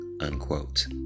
unquote